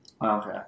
Okay